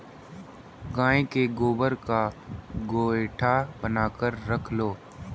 गाय के गोबर का गोएठा बनाकर रख लो